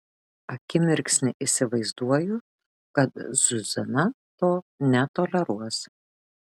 akimirksnį įsivaizduoju kad zuzana to netoleruos